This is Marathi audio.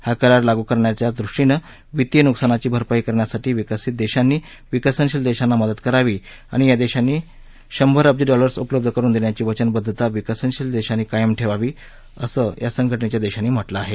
हा करार लागू कारण्याच्याच दृष्टीनं वितीय न्कसानाची भरपाई करण्यासाठी विकसित देशानी विकसनशील देशांना मदत करावी आणि या देशांनी शंभर अब्ज डॉलर्स उपलब्ध करून देण्याची वचनबद्धता विकसनशील देशांनी कायम ठेवावी असं या संघटनेच्या देशांनी म्हटलं आहे